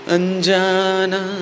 Anjana